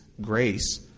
grace